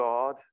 God